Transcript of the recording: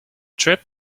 trip